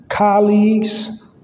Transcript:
Colleagues